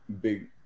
big